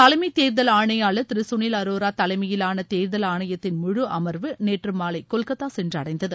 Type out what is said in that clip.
தலைமைத் தேர்தல் ஆணையாளா் திரு சுனில் அரோரா தலைமையிலான தேர்தல் ஆணையத்தின் முழு அமர்வு நேற்று மாலை கொல்கத்தா சென்றடைந்தது